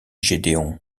gédéon